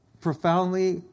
profoundly